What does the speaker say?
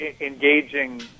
engaging